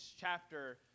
chapter